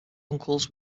uncles